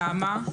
למה?